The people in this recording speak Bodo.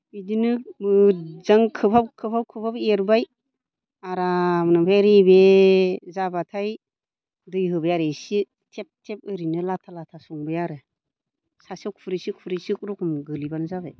बिदिनो मोज्जां खोबहाब खोबहाब खोबहाब एरबाय आरामनो ओमफ्राय रेबे जाबाथाय दै होबाय आरो एसे थेब थेब ओरैनो लाथा लाथा संबाय आरो सासेआव खुरैसे खुरैसे खुरुखुम गोलैबानो जाबाय